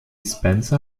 spencer